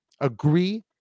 agree